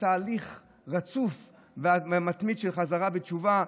בתהליך רצוף ומתמיד של חזרה בתשובה,